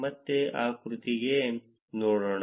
ಮತ್ತೆ ಆಕೃತಿಗೆ ಹೋಗೋಣ